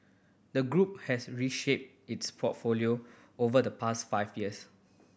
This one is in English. the group has reshaped its portfolio over the past five years